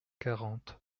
quarante